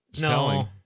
No